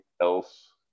else